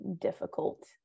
difficult